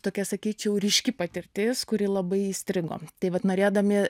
tokia sakyčiau ryški patirtis kuri labai įstrigo tai vat norėdami